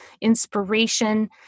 inspiration